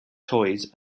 toys